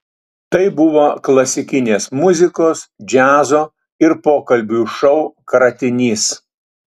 tai buvo klasikinės muzikos džiazo ir pokalbių šou kratinys